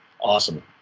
awesome